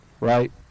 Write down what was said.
right